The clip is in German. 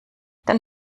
dann